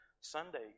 Sunday